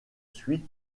suite